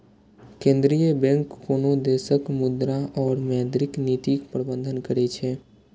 केंद्रीय बैंक कोनो देशक मुद्रा और मौद्रिक नीतिक प्रबंधन करै छै